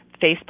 Facebook